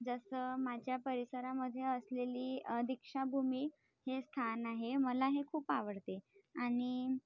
जसं माझ्या परिसरामध्ये असलेली दीक्षाभूमी हे स्थान आहे मला हे खूप आवडते आणि